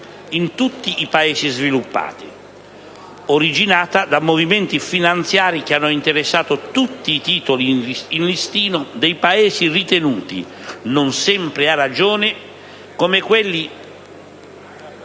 in tutti i Paesi sviluppati, originata da movimenti finanziari che hanno interessato tutti i titoli in listino dei Paesi ritenuti - non sempre a ragione - come quelli...